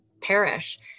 perish